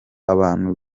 abantu